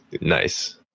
nice